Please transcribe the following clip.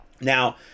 Now